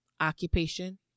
occupation